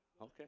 Okay